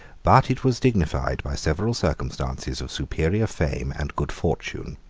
but it was dignified by several circumstances of superior fame and good fortune.